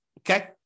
Okay